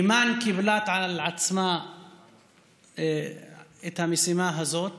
אימאן קיבלה על עצמה את המשימה הזאת